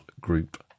group